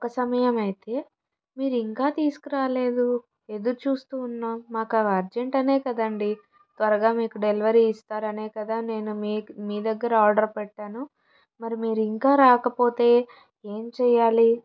ఒక అసమయం అయితే మీరు ఇంకా తీసుకురాలేదు ఎదురు చూస్తూ ఉన్నా మాకు అవి అర్జెంటు అనే కదండీ త్వరగా మీకు డెలివరీ ఇస్తారు అనే కదా నేను మీ మీ దగ్గర ఆర్డర్ పెట్టాను మరి మీరు ఇంకా రాకపోతే ఎం చెయ్యాలి